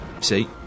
See